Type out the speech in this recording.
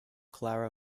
clara